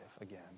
again